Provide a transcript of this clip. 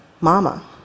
Mama